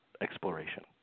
exploration